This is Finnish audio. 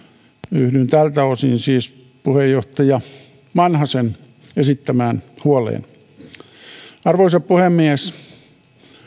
yhdyn tältä osin siis puheenjohtaja vanhasen esittämään huoleen arvoisa puhemies